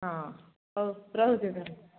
ହଁରହୁଛିି ତାହଲେ